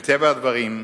מטבע הדברים,